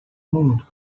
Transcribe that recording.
mundo